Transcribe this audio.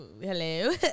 Hello